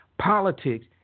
Politics